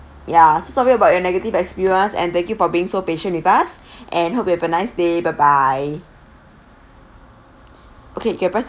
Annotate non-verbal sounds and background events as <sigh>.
ya so sorry about your negative experience and thank you for being so patient with us <breath> and hope you have a nice day bye bye okay you can press